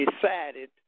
decided